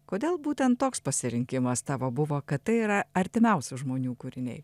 kodėl būtent toks pasirinkimas tavo buvo kad tai yra artimiausių žmonių kūriniai